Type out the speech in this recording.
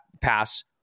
pass